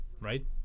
right